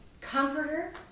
comforter